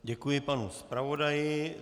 Děkuji panu zpravodaji.